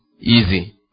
Easy